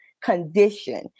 condition